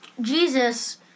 Jesus